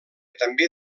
també